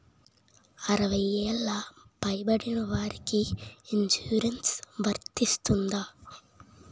అరవై ఏళ్లు పై పడిన వారికి ఇన్సురెన్స్ వర్తిస్తుందా?